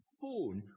phone